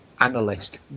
analyst